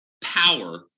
power